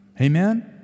Amen